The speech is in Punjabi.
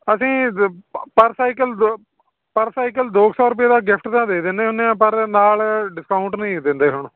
ਅਸੀਂ ਪਰ ਸਾਈਕਲ ਪਰ ਸਾਈਕਲ ਦੋ ਕੁ ਸੌ ਰੁਪਈਏ ਦਾ ਗਿਫਟ ਦਾ ਦੇ ਦਿੰਦੇ ਹੁੰਦੇ ਆ ਪਰ ਨਾਲ ਡਿਸਕਾਊਂਟ ਨਹੀਂ ਜੀ ਦਿੰਦੇ ਹੁਣ